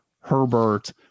Herbert